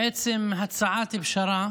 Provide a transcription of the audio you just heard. בעצם הצעת פשרה